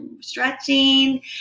stretching